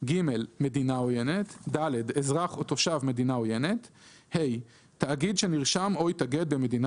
מדינה עוינת; אזרח או תושב מדינה עוינת; תאגיד שנרשם או התאגד במדינה